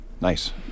Nice